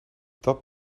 dat